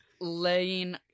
laying